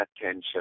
attention